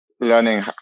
learning